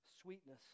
sweetness